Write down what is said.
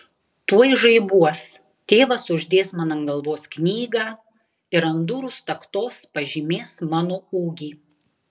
tuoj žaibuos tėvas uždės man ant galvos knygą ir ant durų staktos pažymės mano ūgį